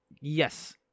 Yes